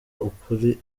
ukuri